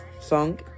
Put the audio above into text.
song